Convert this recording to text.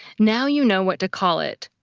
now you know what to call it,